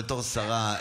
בתור שרה,